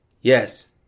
Yes